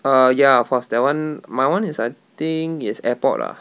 uh ya for that one my one is I think is airport ah